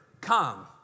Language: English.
Come